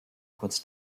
kurz